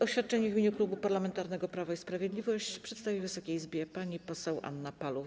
Oświadczenie w imieniu Klubu Parlamentarnego Prawo i Sprawiedliwość przedstawi Wysokiej Izbie pani poseł Anna Paluch.